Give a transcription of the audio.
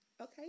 okay